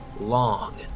long